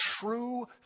true